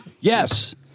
Yes